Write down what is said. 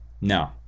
No